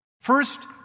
First